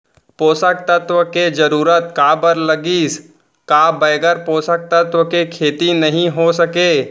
पोसक तत्व के जरूरत काबर लगिस, का बगैर पोसक तत्व के खेती नही हो सके?